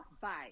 Bye